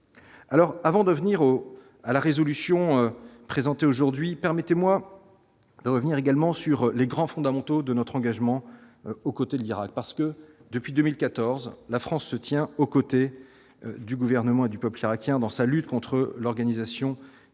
avant de venir au à la résolution présentée aujourd'hui, permettez-moi de revenir également sur les grands fondamentaux de notre engagement aux côtés de l'Irak, parce que depuis 2014, la France se tient aux côtés du gouvernement et du peuple irakien dans sa lutte contre l'organisation terroriste